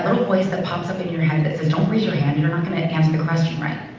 voice that pops up in your head that says, don't raise your hand, you're not going to answer the question right.